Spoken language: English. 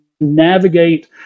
navigate